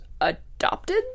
adopted